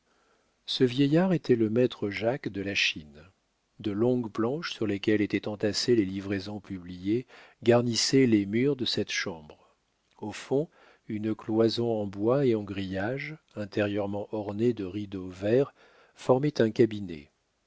ce vieillard était le maître jacques de la chine de longues planches sur lesquelles étaient entassées les livraisons publiées garnissaient les murs de cette chambre au fond une cloison en bois et en grillage intérieurement ornée de rideaux verts formait un cabinet